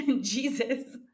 Jesus